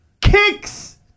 kicks